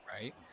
Right